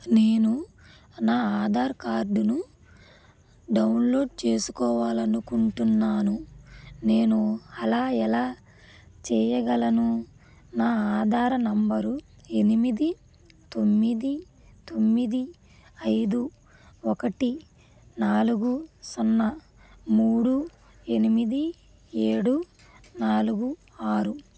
నేను నా ఆధార్ కార్డ్ను డౌన్లోడ్ చేసుకోవాలి అనుకుంటున్నాను నేను అలా ఎలా చెయ్యగలను నా ఆధార్ నంబరు ఎనిమిది తొమ్మిది తొమ్మిది ఐదు ఒకటి నాలుగు సున్నా మూడు ఎనిమిది ఏడు నాలుగు ఆరు